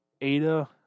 Ada